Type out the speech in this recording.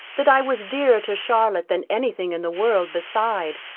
that i was dearer to charlotte than any thing in the world beside.